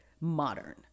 modern